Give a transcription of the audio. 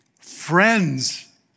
friends